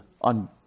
on